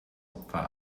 opfer